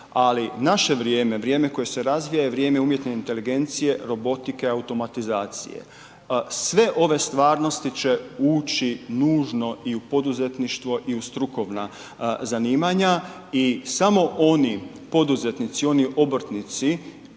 ali naše vrijeme, vrijeme koje se razvija je vrijeme umjetne inteligencije, robotike, automatizacije. Sve ove stvarnosti će ući nužno i u poduzetništvo i u strukovna zanimanja i samo oni poduzetnici, oni obrtnici